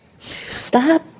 stop